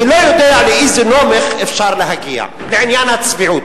אני לא יודע לאיזה נומך אפשר להגיע בעניין הצביעות.